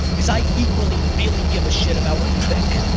is i equally really give a shit about what you think.